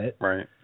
Right